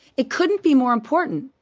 it couldn't be more important.